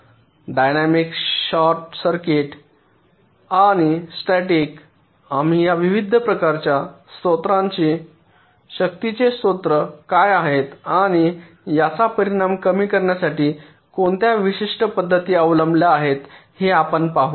dynamic short circuit आणि static आम्ही या विविध प्रकारच्या शक्तींचे स्रोत काय आहेत आणि याचा परिणाम कमी करण्यासाठी कोणत्या विशिष्ट पद्धती अवलंबल्या आहेत हे आपण पाहू